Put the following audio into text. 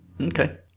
Okay